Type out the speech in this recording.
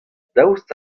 daoust